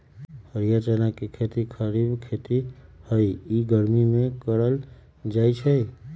हरीयर चना के खेती खरिफ खेती हइ इ गर्मि में करल जाय छै